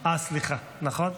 סליחה, נכון,